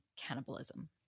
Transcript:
cannibalism